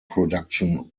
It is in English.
production